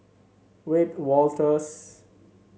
Wiebe Wolters